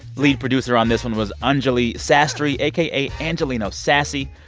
lead producer on this one was anjuli sastry, aka angelino sassy.